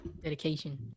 Dedication